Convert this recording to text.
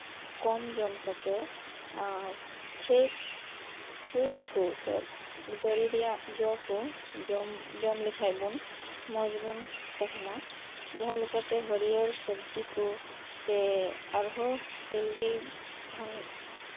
ᱠᱚᱢ ᱡᱚᱢ ᱠᱟᱛᱮᱫ fresh fruit ᱠᱚ ᱥᱮ ᱫᱟᱨᱮ ᱨᱮᱭᱟᱜ ᱡᱚ ᱠᱚ ᱡᱚᱢ ᱞᱮᱠᱷᱟᱡ ᱵᱚᱱ ᱢᱚᱸᱡ ᱵᱚᱱ ᱛᱟᱸᱦᱮᱱᱟ ᱡᱟᱸᱦᱟ ᱞᱮᱠᱟᱛᱮ ᱦᱟᱹᱨᱭᱟᱹᱲ ᱥᱚᱵᱡᱤ ᱠᱚ ᱥᱮ ᱟᱨᱦᱚᱸ ᱡᱟᱸᱦᱟᱱ